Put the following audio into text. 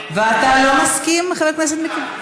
ואתה לא מסכים, חבר הכנסת מיקי לוי?